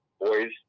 boys